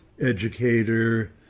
educator